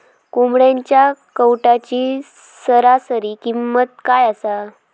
कोंबड्यांच्या कावटाची सरासरी किंमत काय असा?